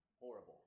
horrible